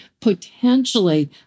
potentially